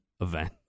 event